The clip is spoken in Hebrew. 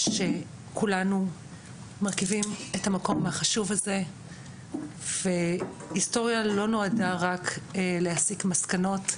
שכולנו מרכיבים את המקום החשוב הזה והיסטוריה לא נועדה רק להסיק מסקנות,